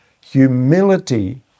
humility